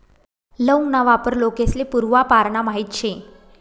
लौंग ना वापर लोकेस्ले पूर्वापारना माहित शे